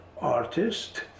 artist